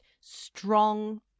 strong